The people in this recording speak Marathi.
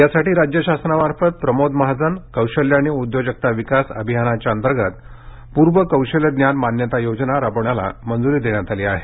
यासाठी राज्य शासनामार्फत प्रमोद महाजन कौशल्य आणि उद्योजकता विकास अभियानांतर्गत पूर्व कौशल्यज्ञान मान्यता योजना राबवण्याला मंजूरी देण्यात आली आहे